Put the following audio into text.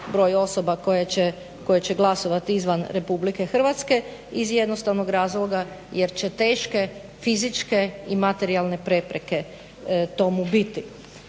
broj osoba koje će glasovati izvan RH iz jednostavnog razloga jer će teške fizičke i materijalne prepreke tomu biti.